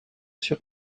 sur